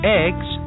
eggs